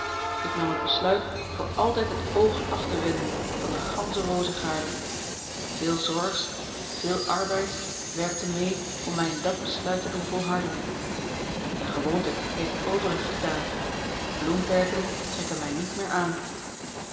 ik nam het besluit voor altijd het oog af te wenden van de gansche rozengaarde veel zorgs veel arbeids werkte mee om mij in dat besluit te doen volharden en de gewoonte heeft het overige gedaan bloemperken trekken mij niet meer aan